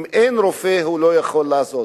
ואם אין רופא הוא לא יכול לעשות.